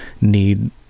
need